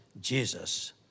Jesus